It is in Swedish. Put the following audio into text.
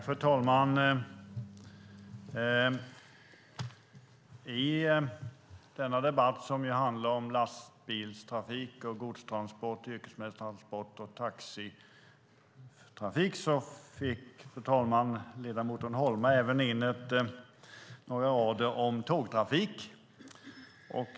Fru talman! I denna debatt som handlar om lastbilstrafik, godstransport, yrkesmässig transport och taxitrafik fick ledamoten Holma även in några meningar om tågtrafik.